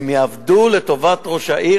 הם יעבדו לטובת ראש העיר,